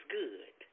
good